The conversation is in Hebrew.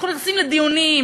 אנחנו נכנסים לדיונים,